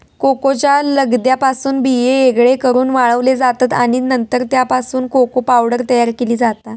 कोकोच्या लगद्यापासून बिये वेगळे करून वाळवले जातत आणि नंतर त्यापासून कोको पावडर तयार केली जाता